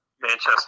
Manchester